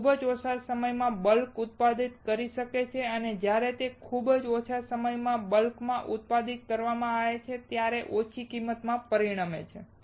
તે ખૂબ ઓછા સમયમાં બલ્કમાં ઉત્પાદિત થઈ શકે છે અને જ્યારે આ ખૂબ ઓછા સમયમાં બલ્કમાં ઉત્પાદિત કરવામાં આવે છે ત્યારે ઓછી કિંમતમાં પરિણમે છે